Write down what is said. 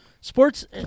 Sports